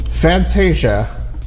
Fantasia